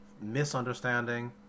misunderstanding